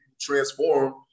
transform